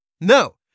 No